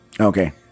Okay